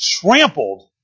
trampled